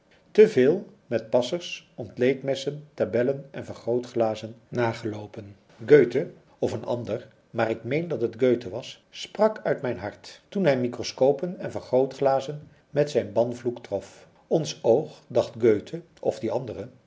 te veel met passers ontleedmessen tabellen en vergrootglazen nageloopen göthe of een ander maar ik meen dat het göthe was sprak uit mijn hart toen hij mikroscopen en vergrootglazen met zijn banvloek trof ons oog dacht göthe of die andere